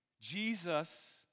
Jesus